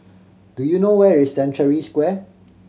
do you know where is Century Square